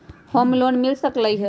Home loan मिल सकलइ ह?